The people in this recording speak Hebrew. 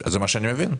זה מה שאני מבין.